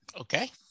Okay